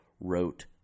wrote